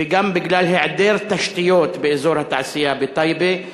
וגם בגלל היעדר תשתיות באזור התעשייה בטייבה,